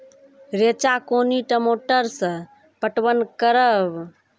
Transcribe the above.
रेचा कोनी मोटर सऽ पटवन करव?